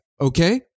Okay